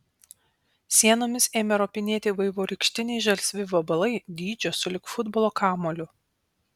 sienomis ėmė ropinėti vaivorykštiniai žalsvi vabalai dydžio sulig futbolo kamuoliu